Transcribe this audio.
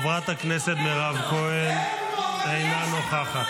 חברת הכנסת מירב כהן, אינה נוכחת,